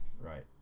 Right